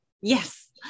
Yes